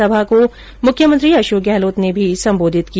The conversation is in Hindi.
सभा को मुख्यमंत्री अशोक गहलोत ने भी संबोधित किया